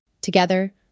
Together